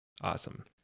Awesome